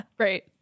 Right